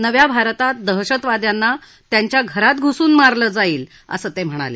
नव्या भारतात दहशतवाद्यांना त्यांच्या घरात घुसून मारलं जाईल असं ते म्हणाले